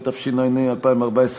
התשע"ה 2014,